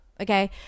Okay